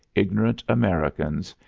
ignorant americans,